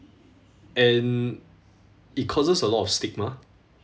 and it causes a lot of stigma